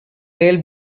rail